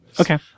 Okay